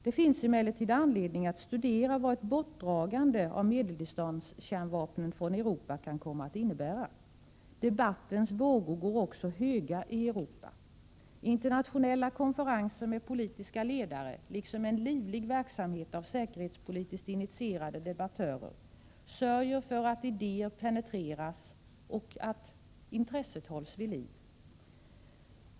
Det finns emellertid anledning att studera vad ett bortdragande av medeldistanskärnvapnen från Europa kan komma att innebära. Debattens vågor går också höga i Europa. Internationella konferenser med politiska ledare liksom en livlig verksamhet av säkerhetspolitiskt initierade debattörer sörjer för att idéer penetreras och intresset hålls vid liv.